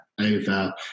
over